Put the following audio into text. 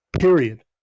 period